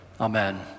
Amen